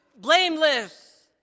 blameless